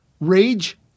rage